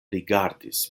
rigardis